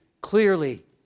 clearly